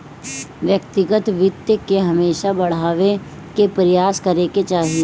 व्यक्तिगत वित्त के हमेशा बढ़ावे के प्रयास करे के चाही